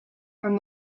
from